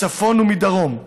מצפון ומדרום,